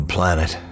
Planet